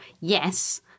yes